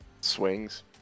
swings